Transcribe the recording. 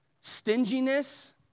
stinginess